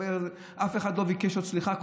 אף אחד עוד לא ביקש סליחה,